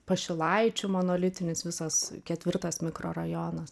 pašilaičių monolitinis visas ketvirtas mikrorajonas